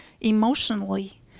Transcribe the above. emotionally